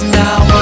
now